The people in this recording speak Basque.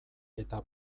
eta